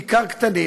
בעיקר קטנים,